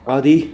ਆਦਿ